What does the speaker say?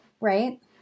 right